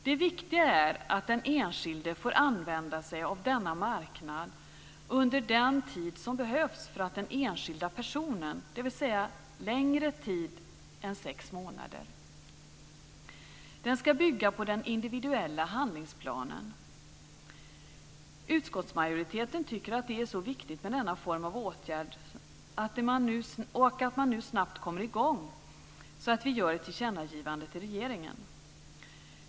Det viktiga är att den enskilde får använda sig av denna marknad under den tid som behövs för den enskilda personen, dvs. längre tid än sex månader. Det ska bygga på den individuella handlingsplanen. Utskottsmajoriteten tycker att det är så viktigt med denna form av åtgärd och att man snabbt kommer i gång med den att vi gör ett tillkännagivande till regeringen.